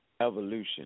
evolution